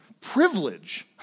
privilege